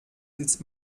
sitzt